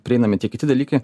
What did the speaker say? prieinami tiek kiti dalykai